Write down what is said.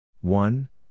One